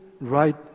right